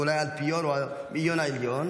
אולי האלפיון או האלפיון העליון,